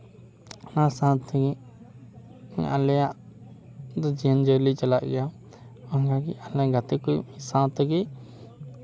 ᱚᱱᱟ ᱥᱟᱶᱛᱮ ᱟᱞᱮᱭᱟᱜ ᱫᱤᱱ ᱡᱤᱭᱟᱹᱞᱤ ᱪᱟᱞᱟᱜ ᱜᱮᱭᱟ ᱚᱱᱟᱜᱮ ᱟᱞᱮ ᱜᱟᱛᱮ ᱠᱩᱡ ᱥᱟᱶ ᱛᱮᱜᱮ